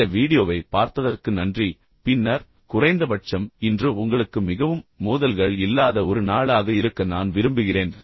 இந்த வீடியோவைப் பார்த்ததற்கு நன்றி பின்னர் குறைந்தபட்சம் இன்று உங்களுக்கு மிகவும் மோதல்கள் இல்லாத ஒரு நாளாக இருக்க நான் விரும்புகிறேன்